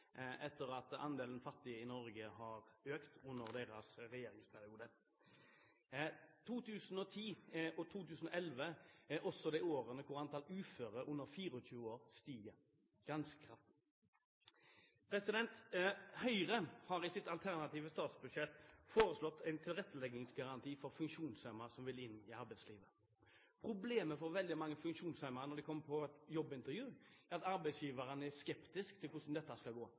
etter at andelen fattige i Norge har økt under deres regjeringsperiode. 2010 og 2011 er også de årene da antall uføre under 24 år stiger ganske kraftig. Høyre har i sitt alternative statsbudsjett foreslått en tilretteleggingsgaranti for funksjonshemmede som vil inn i arbeidslivet. Problemet for veldig mange funksjonshemmede når de kommer på jobbintervju, er at arbeidsgiverne er skeptisk til hvordan dette skal gå.